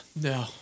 No